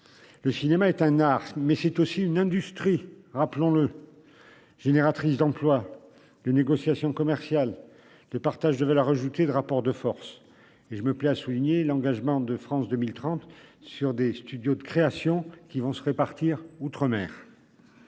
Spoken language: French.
Le cinéma est un art. Mais c'est aussi une industrie, rappelons-le. Génératrices d'emplois les négociations commerciales. Le partage de valeur ajoutée de rapport de force et je me plais à souligner l'engagement de France 2030 sur des studios de création qui vont se répartir outre-mer.